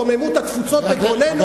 רוממות התפוצות בגרוננו,